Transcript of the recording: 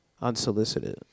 unsolicited